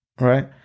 right